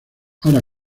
ahora